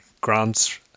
grants